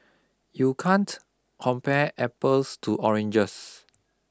you can't compare apples to oranges